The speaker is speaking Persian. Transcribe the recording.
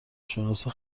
شناسا